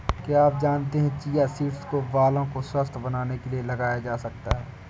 क्या आप जानते है चिया सीड्स को बालों को स्वस्थ्य बनाने के लिए लगाया जा सकता है?